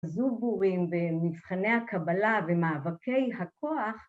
הזובורים במבחני הקבלה ומאבקי הכוח